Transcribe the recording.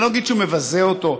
לא אגיד שזה מבזה אותו.